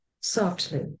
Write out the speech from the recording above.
softly